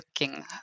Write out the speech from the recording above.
looking